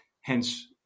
hence